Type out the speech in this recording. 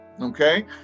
Okay